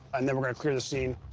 and then gonna clear the scene.